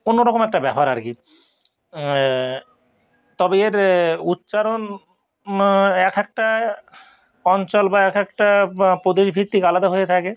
অন্য রকম একটা ব্যাপার আর কি তবে এর উচ্চারণ এক একটা অঞ্চল বা এক একটা প্রদেশভিত্তিক আলাদা হয়ে থাকে